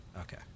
Okay